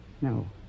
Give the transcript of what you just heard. No